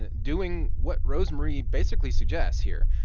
and doing what rosemarie basically suggests here.